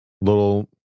little